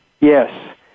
Yes